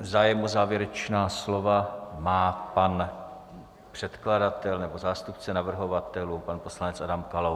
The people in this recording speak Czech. Zájem o závěrečná slova má pan předkladatel nebo zástupce navrhovatelů pan poslanec Adam Kalous.